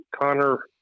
Connor